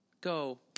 go